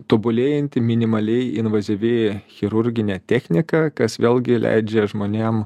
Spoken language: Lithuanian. tobulėjanti minimaliai invazyvi chirurginė technika kas vėlgi leidžia žmonėm